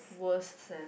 worst sem